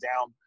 down